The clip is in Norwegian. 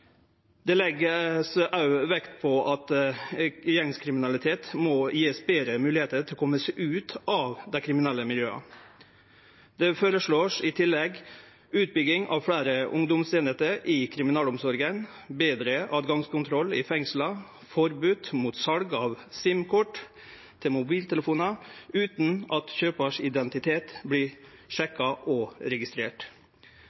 Det vert òg lagt vekt på at ein må gje gjengkriminelle betre moglegheiter til å kome seg ut av dei kriminelle miljøa. Det vert i tillegg føreslått utbygging av fleire ungdomseiningar i kriminalomsorga, betre tilgjengekontroll i fengsla, forbod mot sal av SIM-kort til mobiltelefonar utan at